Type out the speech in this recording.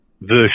version